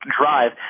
Drive